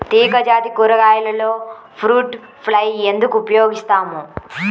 తీగజాతి కూరగాయలలో fruit fly ఎందుకు ఉపయోగిస్తాము?